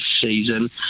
season